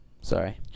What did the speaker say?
Sorry